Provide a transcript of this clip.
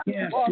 Yes